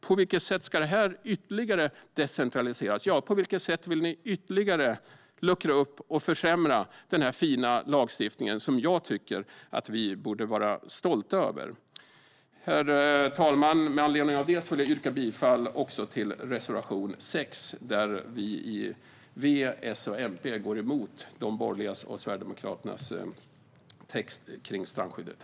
På vilket sätt ska det decentraliseras ytterligare? På vilket sätt vill ni ytterligare luckra upp och försämra den här fina lagstiftningen, som jag tycker att vi borde vara stolta över? Herr talman! Med anledning av detta vill jag yrka bifall också till reservation 6, där V, S och MP går emot de borgerligas och Sverigedemokraternas text kring strandskyddet.